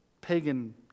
pagan